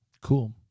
Cool